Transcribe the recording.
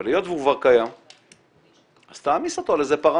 אבל היות שהוא כבר קיים אז תעמיס אותו על פרמטר